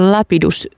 Lapidus